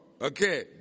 Okay